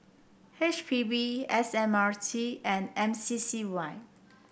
H P B S M R T and M C C Y